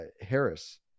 Harris